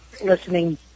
listening